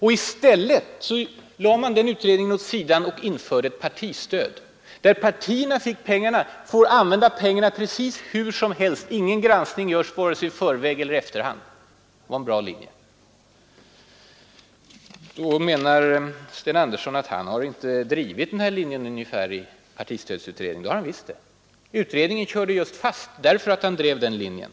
I stället lade man utredningen åt sidan och införde partistöd, där partierna får pengarna och får använda dem hur som helst. Ingen granskning görs vare sig i förväg eller i efterhand. Det var en bra lösning. Herr Sten Andersson menar nu att han inte drivit sin linje i partistödsutredningen. Det har han visst gjort. Utredningen körde fast just därför att han drev den linjen.